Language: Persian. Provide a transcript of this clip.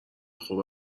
خوب